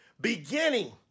beginning